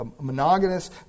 monogamous